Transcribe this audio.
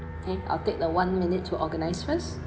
okay I'll take the one minute to organise first